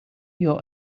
your